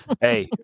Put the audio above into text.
Hey